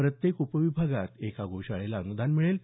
प्रत्येक उपविभागात एका गोशाळेला अनुदान मिळेल